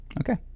Okay